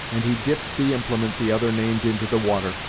and he dipped the implement the other named into the water,